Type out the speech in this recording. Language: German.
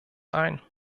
ein